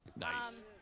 Nice